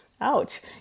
Ouch